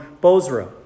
Bozrah